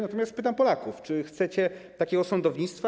Natomiast pytam Polaków: Czy chcecie takiego sądownictwa?